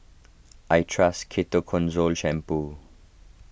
I trust Ketoconazole Shampoo